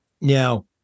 Now